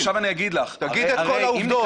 עכשיו אני אגיד לך --- תגיד את כל העובדות,